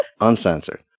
Uncensored